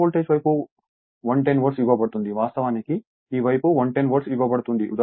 తక్కువ వోల్టేజ్ వైపు 110 వోల్ట్ ఇవ్వబడుతుంది వాస్తవానికి ఈ వైపు 110 వోల్ట్ ఇవ్వబడుతుంది